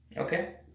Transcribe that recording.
Okay